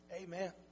Amen